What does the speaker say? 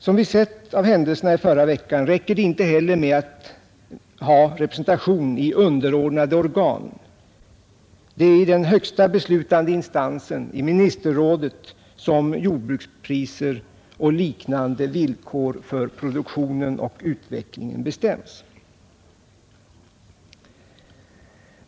Som vi sett av händelserna i förra veckan räcker det inte heller med att ha representation i underordnade organ. Det är i den högsta beslutande instansen — i ministerrådet — som jordbrukspriser och liknande villkor för produktionen och utvecklingen bestäms.